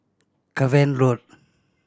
Cavan Road